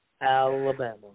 Alabama